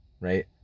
Right